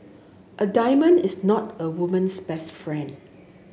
a diamond is not a woman's best friend